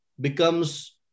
becomes